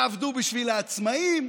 תעבדו בשביל העצמאים,